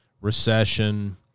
recession